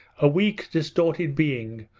a weak distorted being,